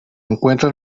encuentra